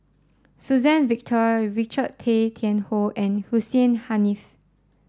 Suzann Victor Richard Tay Tian Hoe and Hussein Haniff